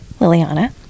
Liliana